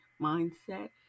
mindset